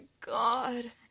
god